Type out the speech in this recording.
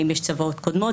האם יש צוואות קודמות.